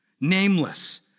Nameless